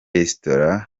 resitora